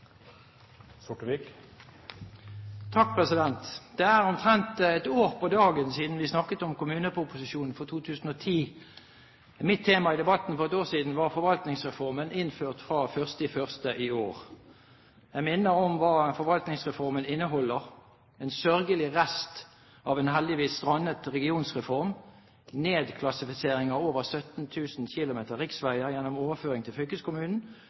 omtrent ett år på dagen, siden vi snakket om kommuneproposisjonen for 2010. Mitt tema i debatten for ett år siden var Forvaltningsreformen, innført fra den 1. januar i år. Jeg minner om hva Forvaltningsreformen inneholder: En sørgelig rest av en heldigvis strandet regionreform, nedklassifisering av over 17 000 km riksveier gjennom overføring til